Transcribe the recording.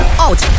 out